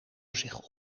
zich